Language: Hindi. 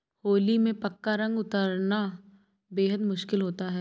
होली में पक्का रंग उतरना बेहद मुश्किल होता है